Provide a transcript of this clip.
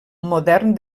modern